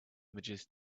images